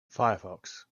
firefox